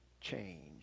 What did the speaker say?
change